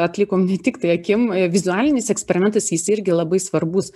atlikom ne tiktai akim vizualinis eksperimentas jis irgi labai svarbus